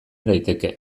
daiteke